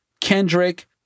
Kendrick